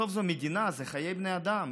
בסוף זו מדינה, זה חיי בני אדם.